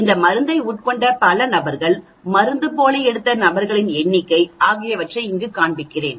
இந்த மருந்தை உட்கொண்ட பல நபர்கள் மருந்துப்போலி எடுத்த நபர்களின் எண்ணிக்கை ஆகியவற்றை இங்கு காண்பிக்கிறேன்